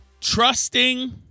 Trusting